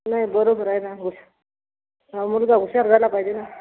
नाही बरोबर आहे नं ओ मुलगा हुशार झाला पाहिजे नं